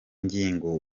ngingo